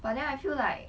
but then I feel like